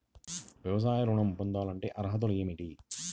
వ్యవసాయ ఋణం పొందాలంటే అర్హతలు ఏమిటి?